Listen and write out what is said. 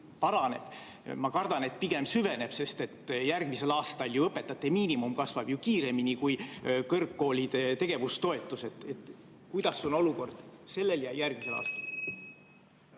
paranevat? Ma kardan, et pigem see süveneb, sest järgmisel aastal ju õpetajate miinimumpalk kasvab kiiremini, kui kasvavad kõrgkoolide tegevustoetused. Kuidas on olukord sellel ja järgmisel aastal?